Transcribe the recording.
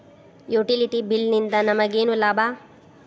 Utility bill ನಿಂದ್ ನಮಗೇನ ಲಾಭಾ?